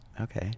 Okay